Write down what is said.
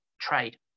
trade